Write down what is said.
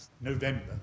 November